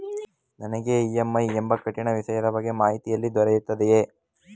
ನನಗೆ ಇ.ಎಂ.ಐ ಎಂಬ ಕಠಿಣ ವಿಷಯದ ಬಗ್ಗೆ ಮಾಹಿತಿ ಎಲ್ಲಿ ದೊರೆಯುತ್ತದೆಯೇ?